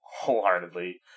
Wholeheartedly